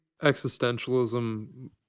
existentialism